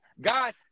God